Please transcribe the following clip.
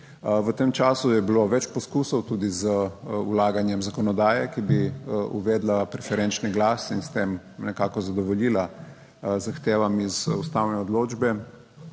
V tem času je bilo več poskusov tudi z vlaganjem zakonodaje, ki bi uvedla preferenčni glas in s tem nekako zadovoljila zahtevam iz ustavne odločbe.